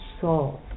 soul